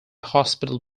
hospital